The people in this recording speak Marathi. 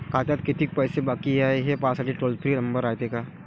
खात्यात कितीक पैसे बाकी हाय, हे पाहासाठी टोल फ्री नंबर रायते का?